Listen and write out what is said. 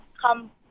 come